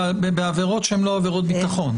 בעבירות שהן לא עבירות ביטחון.